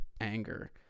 anger